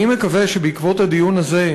אני מקווה שבעקבות הדיון הזה,